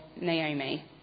Naomi